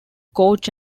coach